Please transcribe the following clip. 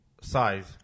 size